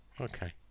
Okay